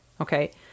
okay